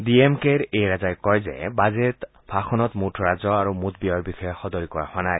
D M কেৰ এ ৰাজাই কয় যে বাজেট ভাষণত মুঠ ৰাজহ আৰু মুঠ ব্যয়ৰ বিষয়ে সদৰী কৰা হোৱা নাই